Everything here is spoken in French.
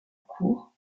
cour